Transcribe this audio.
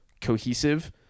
cohesive